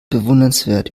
bewundernswert